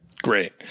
Great